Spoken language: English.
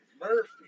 Murphy